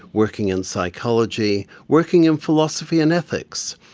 working in psychology, working in philosophy and ethics,